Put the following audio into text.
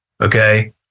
okay